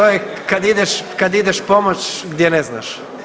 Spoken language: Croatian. To je kad ideš pomoć gdje ne znaš.